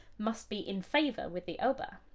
must be in favor with the oba.